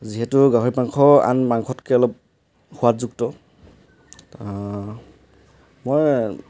যিহেতু গাহৰি মাংস আন মাংসতকৈ অলপ সোৱাদযুক্ত মই